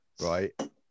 Right